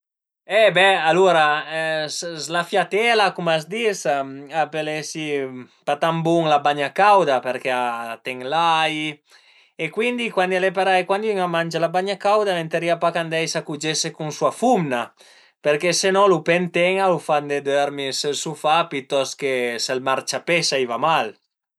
E be alura s'la fiatela cum a s'dis a pöl esi pa tan bun la bagna cauda përché a ten l'ai e cuindi cuandi al e parei, cuandi ün a mangia la bagna cauda vëntarìa pa ch'al andeisa a cugese cun sua fumna përché se no a lu penten-a, a liu fa andé dörmi sël sofà pitost che sël marciapé s'a i va mal